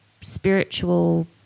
spiritual